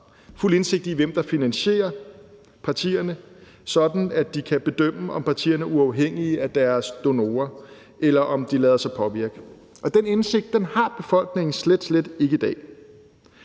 fuld indsigt i, hvem der finansierer partierne, sådan at de kan bedømme, om partierne er uafhængige af deres donorer, eller om de lader sig påvirke, og den indsigt har befolkningen slet, slet ikke i dag.